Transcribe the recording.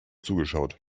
zugeschaut